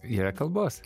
yra kalbos